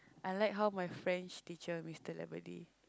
I like how my French teacher mister